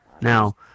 Now